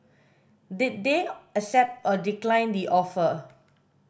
did they accept or decline the offer